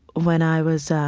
when i was,